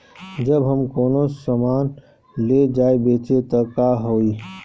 जब हम कौनो सामान ले जाई बेचे त का होही?